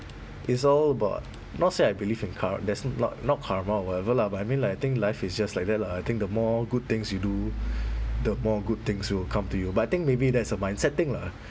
it's all about not say I believe in kar~ there's not not karma or whatever lah but I mean like I think life is just like that lah I think the more good things you do the more good things will come to you but I think maybe that's a mindset thing lah